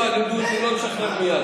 לשחרר מייד,